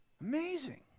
Amazing